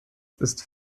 ist